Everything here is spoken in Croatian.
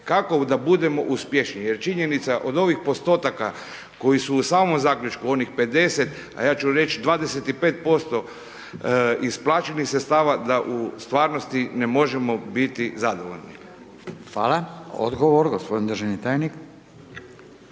kako da budemo uspješniji. Jer činjenica od ovih postotaka koji su u samom zaključku, onih 50, a ja ću reći 25% isplaćenih sredstava da u stvarnosti ne možemo biti zadovoljni. **Radin, Furio (Nezavisni)**